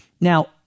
Now